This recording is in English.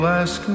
ask